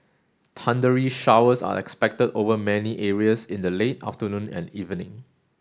thundery showers are expected over many areas in the late afternoon and evening